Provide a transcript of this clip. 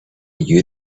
you